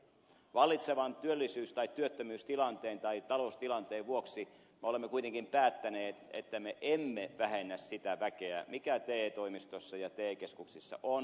vallitsevan työttömyystilanteen tai taloustilanteen vuoksi me olemme kuitenkin päättäneet että me emme vähennä sitä väkeä mikä te toimistossa ja te keskuksissa on